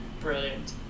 brilliant